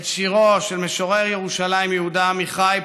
את שירו של משורר ירושלים יהודה עמיחי,